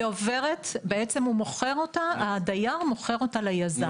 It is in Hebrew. היא עוברת, בעצם הדייר מוכר אותה ליזם.